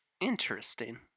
interesting